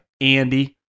Andy